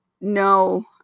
no